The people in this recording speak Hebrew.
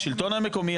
לשלטון המקומי,